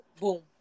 boom